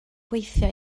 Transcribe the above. gweithio